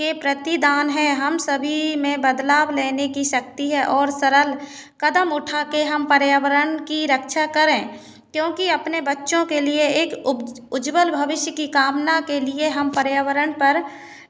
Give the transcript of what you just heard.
के प्रतिदान हैं हम सभी में बदलाव लेने की सकती है और सरल कदम उठाके हम पर्यावरण की रक्षा करें क्योंकि अपने बच्चों के लिए एक उज्जवल भविष्य की कामना के लिए हम पर्यावरण पर